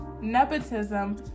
nepotism